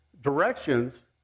directions